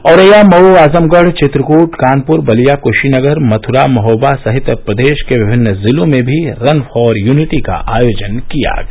औरैया मऊ आजमगढ चित्रकृट कानप्र बलिया कुशीनगर मथुरा महोबा सहित प्रदेश के विभिन्न जिलों में भी रन फॉर यूनिटी का आयोजन किया गया